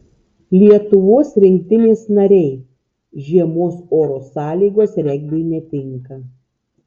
lietuvos rinktinės nariai žiemos oro sąlygos regbiui netinka